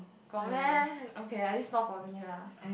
got meh okay at least not for me lah